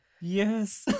Yes